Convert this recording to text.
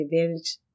advantage